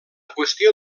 qüestió